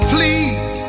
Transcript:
Please